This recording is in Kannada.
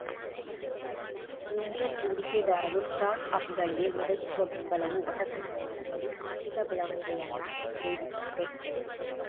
ಏಂಜಲ್ ಹೂಡಿಕೆದಾರರು ಸ್ಟಾರ್ಟ್ಅಪ್ಗಳ್ಗೆ ಒದಗಿಸುವ ಬೆಂಬಲವು ಹೊಸತನವನ್ನ ತುಂಬಿ ಆರ್ಥಿಕ ಬೆಳವಣಿಗೆಯನ್ನ ಉತ್ತೇಜಿಸುತ್ತೆ